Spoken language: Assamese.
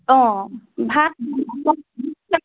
অঁ ভাত